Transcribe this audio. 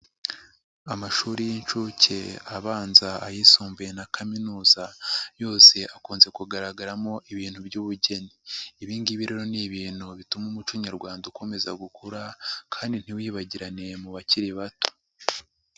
Amashuri y'inshuke abanza ayisumbuye na kaminuza, yose akunze kugaragaramo ibintu by'ubugeni. Ibi ngibi rero ni ibintu bituma umuco nyarwanda ukomeza gukura kandi ntiwibagirane mu bakiri bato.